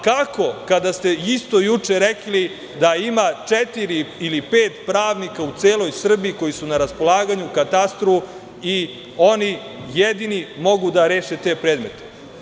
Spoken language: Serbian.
Kako, kada ste isto juče rekli da ima četiri ili pet pravnika u celoj Srbiji koji su na raspolaganju katastru i oni jedino mogu da reše te predmete?